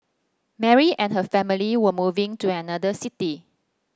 Mary and her family were moving to another city